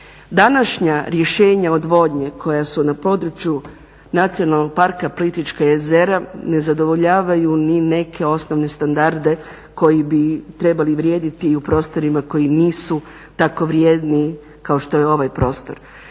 Današnja rješenja odvodnje koja su na području Nacionalnog parka Plitvička jezera ne zadovoljavaju ni neke osnovne standarde koji bi trebali vrijediti i u prostorima koji nisu tako vrijedni kao što je ovaj prostor.